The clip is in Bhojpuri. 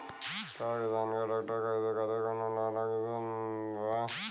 का किसान के ट्रैक्टर खरीदे खातिर कौनो अलग स्किम बा?